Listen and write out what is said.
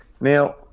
Now